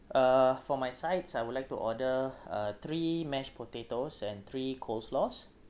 uh for my sides I would like to order uh three mashed potatoes and three coleslaws